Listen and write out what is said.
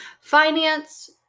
finance